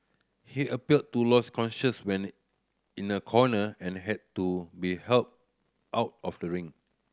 he appeared to lose consciousness when in a corner and had to be helped out of the ring